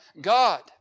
God